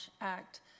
Act